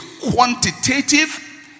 quantitative